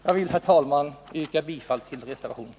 Jag vill, herr talman, yrka bifall till reservationen.